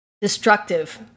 destructive